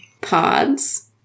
pods